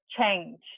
change